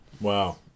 Wow